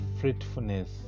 fruitfulness